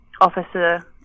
officer